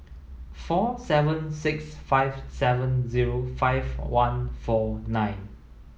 four seven six five seven zero five one four nine